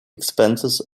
expenses